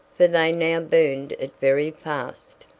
for they now burned it very fast.